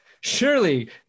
Surely